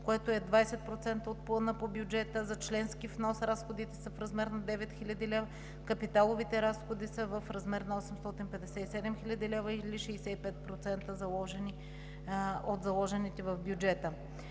което е 20% от плана по бюджета. За членски внос разходите са в размер на 9 хил. лв. Капиталовите разходи са в размер на 857 хил. лв. или 65% от заложените в бюджета.